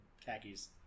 khakis